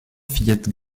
fillettes